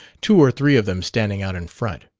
two or three of them standing out in front.